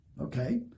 Okay